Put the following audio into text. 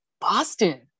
Boston